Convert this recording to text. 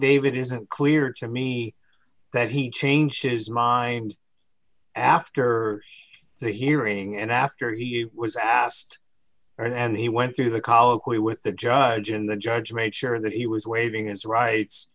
davit isn't clear to me that he changed his mind after the hearing and after he was asked and he went through the colloquy with the judge and the judge made sure that he was waiving his rights